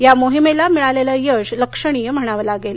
या मोहिमेला मिळालेलं यश लक्षणीय म्हणावं लागेल